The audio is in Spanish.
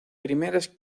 primeras